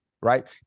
right